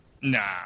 Nah